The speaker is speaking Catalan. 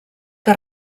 que